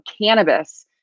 cannabis